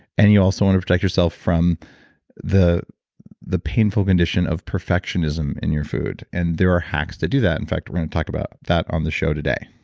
and you also want to protect yourself from the the painful condition of perfectionism in your food. and there are hacks to do that. in fact, we're going to talk about that on the show today.